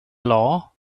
law